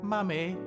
Mummy